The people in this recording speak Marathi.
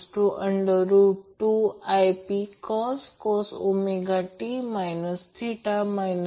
परंतु हे √ 3 VL I L cos load असे लिहिले जाऊ शकते